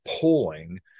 pulling